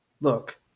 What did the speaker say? Look